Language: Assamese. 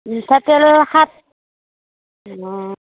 মিঠাতেল সাত অঁ